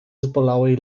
zbolałej